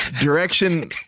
direction